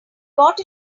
got